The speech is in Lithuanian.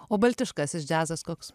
o baltiškasis džiazas koks